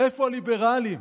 איפה הליברלים?